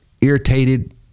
irritated